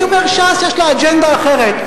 ש"ס, יש לה אג'נדה אחרת.